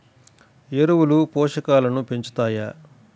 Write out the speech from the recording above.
ఎరువులు పోషకాలను పెంచుతాయా?